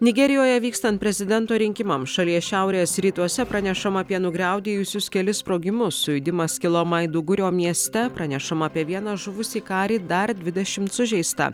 nigerijoje vykstant prezidento rinkimams šalies šiaurės rytuose pranešama apie nugriaudėjusius kelis sprogimus sujudimas kilo maidugurio mieste pranešama apie vieną žuvusį karį dar dvidešimt sužeista